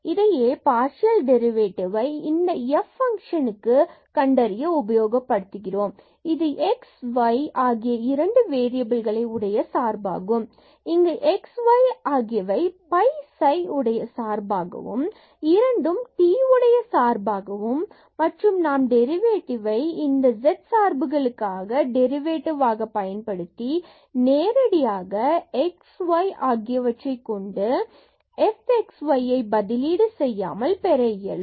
இதையே பார்சியல் டெரிவேடிவ்வை இந்த f பங்ஷனுக்கு கண்டறிய உபயோகப்படுத்துகிறோம் இது x and y இரண்டு வேறியபில்களை உடைய சார்பாகும் மற்றும் இங்கு x and y ஆகியவை phi and psi உடைய சார்பாகவும் இரண்டும் t உடைய சார்பாகவும் மற்றும் நாம் டெரிவேட்டிவ் ஐ இந்த z சார்புகளுக்கான டெரிவேடிவ்ஆக பயன்படுத்தி நேரடியாக x மற்றும் y ஆகியவற்றை கொண்டு f x yஐ பதிலீடு செய்யாமல் பெற இயலும்